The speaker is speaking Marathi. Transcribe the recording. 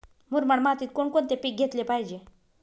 मुरमाड मातीत कोणकोणते पीक घेतले पाहिजे?